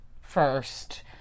first